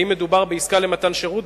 ואם מדובר בעסקה למתן שירות,